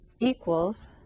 equals